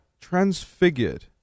transfigured